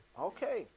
okay